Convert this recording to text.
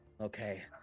okay